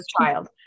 child